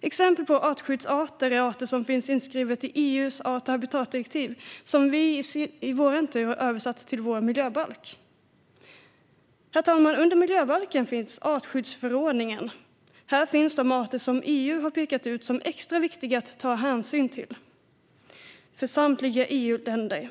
Exempel på artskyddsarter är arter som finns inskrivna i EU:s art och habitatdirektiv, som vi har översatt till vår miljöbalk. Herr talman! Under miljöbalken finns artskyddsförordningen. Här finns de arter som EU har pekat ut som extra viktiga att ta hänsyn till för samtliga EU-länder.